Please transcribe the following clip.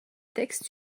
texte